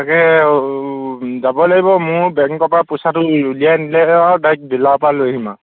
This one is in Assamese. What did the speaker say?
তাকে আৰু যাব লাগিব মোৰ বেংকৰপৰা পইচাটো উলিয়াই আনিলে আৰু ডাইৰেক্ট ডিলাৰৰপৰা লৈ আহিম আৰু